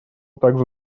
также